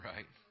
Right